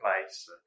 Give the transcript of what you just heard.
place